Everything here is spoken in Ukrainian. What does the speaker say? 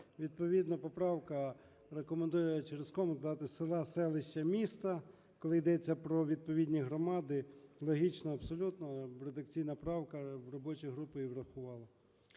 Відповідно поправка рекомендує через кому писати: "села, селища, міста", - коли ідеться про відповідні громади. Логічно абсолютно. Редакційна правка, робоча група її врахувала.